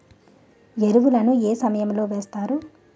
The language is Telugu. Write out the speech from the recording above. ఎరువుల ను ఏ సమయం లో వేస్తారు?